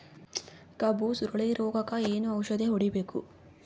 ಕಬ್ಬು ಸುರಳೀರೋಗಕ ಏನು ಔಷಧಿ ಹೋಡಿಬೇಕು?